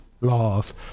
laws